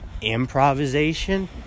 improvisation